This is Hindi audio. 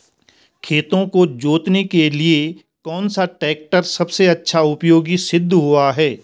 खेतों को जोतने के लिए कौन सा टैक्टर सबसे अच्छा उपयोगी सिद्ध हुआ है?